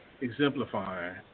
exemplifying